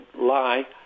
lie